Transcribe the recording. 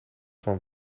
van